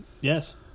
Yes